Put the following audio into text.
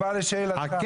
כל